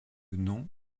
non